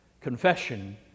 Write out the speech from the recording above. confession